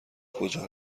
کجا